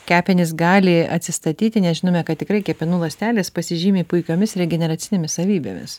kepenys gali atsistatyti mes žinome kad tikrai kepenų ląstelės pasižymi puikiomis regeneracinėmis savybėmis